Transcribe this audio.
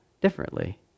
differently